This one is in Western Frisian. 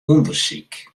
ûndersyk